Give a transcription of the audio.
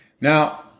Now